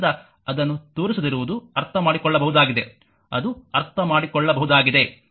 ಆದ್ದರಿಂದ ಅದನ್ನು ತೋರಿಸದಿರುವುದು ಅರ್ಥಮಾಡಿಕೊಳ್ಳಬಹುದಾಗಿದೆ ಅದು ಅರ್ಥಮಾಡಿಕೊಳ್ಳಬಹುದಾಗಿದೆ